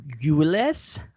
Gules